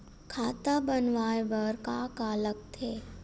खाता बनवाय बर का का लगथे?